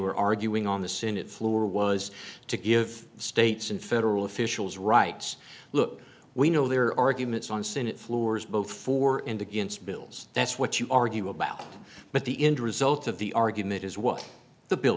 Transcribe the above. were arguing on the senate floor was to give states and federal officials rights look we know there are arguments on senate floors both for and against bills that's what you argue about but the indra's oath of the argument is what the bill